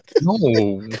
No